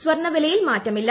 സ്വർണ്ണവിലയിൽ മാറ്റമില്ല